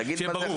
שיהיה ברור.